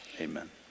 amen